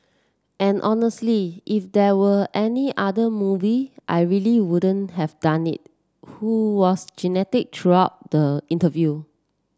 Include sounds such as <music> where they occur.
and honestly if there were any other movie I really wouldn't have done it who was <unintelligible> throughout the interview